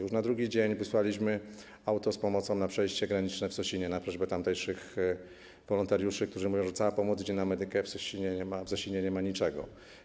Już na drugi dzień wysłaliśmy auto z pomocą na przejście graniczne w Zosinie, na prośbę tamtejszych wolontariuszy, którzy mówią, że cała pomocy idzie na Medykę, a w Zosinie nie ma niczego.